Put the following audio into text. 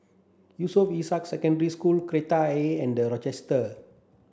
Yusof Ishak Secondary School Kreta Ayer and The Rochester